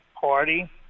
Party